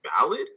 valid